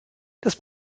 das